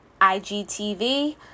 IGTV